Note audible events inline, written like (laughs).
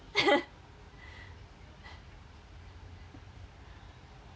(laughs)